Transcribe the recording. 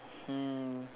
um